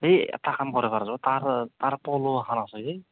এই এটা কাম কৰা ভাল হ'ব তাৰ তাৰ পল' এখন আছে যে